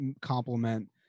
complement